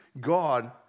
God